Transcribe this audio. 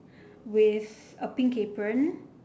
with a pink apron